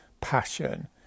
passion